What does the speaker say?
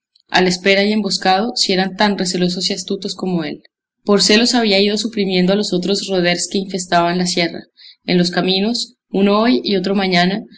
la espera y emboscado si eran tan recelosos y astutos como él por celos había ido suprimiendo a los otros roders que infestaban la sierra en los caminos uno hoy y otro mañana